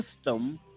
system